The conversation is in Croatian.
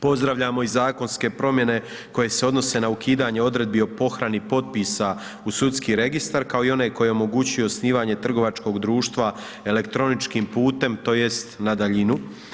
Pozdravljamo i zakonske promjene koje se odnose na ukidanju odredbi o pohrani potpisa u sudski registar, kao i onaj koji omogućuje osnivanje trgovačkog društva elektroničkim putem tj. na daljinu.